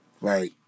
Right